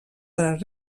per